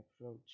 approach